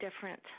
different